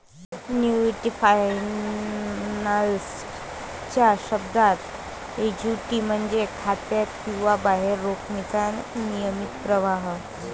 annuity finance च्या शब्दात, annuity म्हणजे खात्यात किंवा बाहेर रोखीचा नियमित प्रवाह